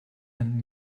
ein